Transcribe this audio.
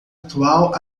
atual